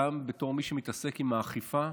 גם בתור מי שמתעסק באכיפה,